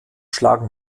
schlagen